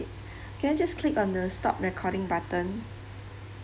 can I just click a the stop recording button